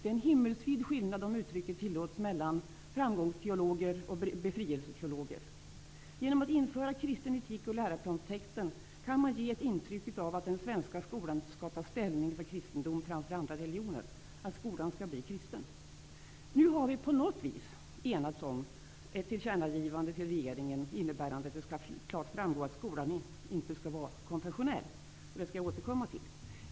Det är, om uttrycket tillåtes, en himmelsvid skillnad mellan framgångsteologer och befrielseteologer. Genom att införa begreppet ''kristen etik'' i läroplanstexten kan man ge ett intryck av att den svenska skolan skall ta ställning för kristendomen framför andra regligioner -- att skolan skall bli kristen. Nu har vi på någt sätt enats om ett tillkännagivande till regeringen innebärande att det klart skall framgå att skolan inte skall vara konfessionell. Till detta skall jag återkomma.